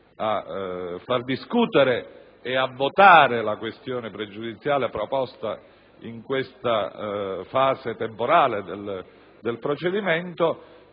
a farla discutere e votare, la questione pregiudiziale proposta in questa fase temporale del procedimento.